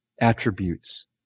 attributes